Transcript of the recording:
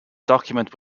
document